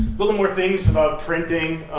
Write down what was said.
little more things about printing